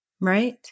right